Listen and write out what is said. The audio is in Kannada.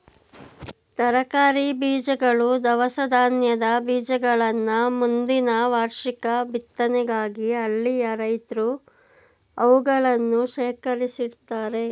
ತರಕಾರಿ ಬೀಜಗಳು, ದವಸ ಧಾನ್ಯದ ಬೀಜಗಳನ್ನ ಮುಂದಿನ ವಾರ್ಷಿಕ ಬಿತ್ತನೆಗಾಗಿ ಹಳ್ಳಿಯ ರೈತ್ರು ಅವುಗಳನ್ನು ಶೇಖರಿಸಿಡ್ತರೆ